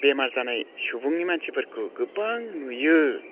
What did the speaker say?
बेमार जानाय सुबुंनि मानसिफोरखौ गोबां नुयो